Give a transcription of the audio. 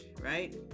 right